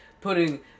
putting